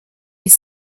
est